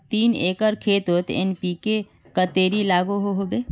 तीन एकर खेतोत एन.पी.के कतेरी लागोहो होबे?